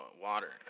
water